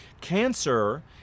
Cancer